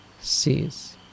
sees